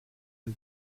his